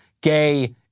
gay